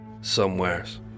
Somewheres